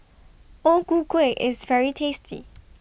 O Ku Kueh IS very tasty